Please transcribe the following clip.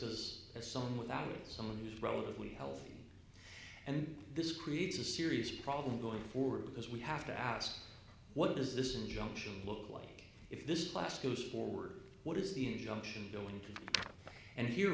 as a song without someone who is relatively healthy and this creates a serious problem going forward because we have to ask what does this injunction look like if this class goes forward what is the injunction doing and here